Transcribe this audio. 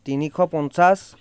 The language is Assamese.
তিনিশ পঞ্চাছ